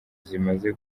zimaze